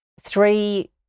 three